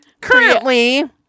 currently